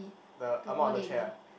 the ah ma on the chair ah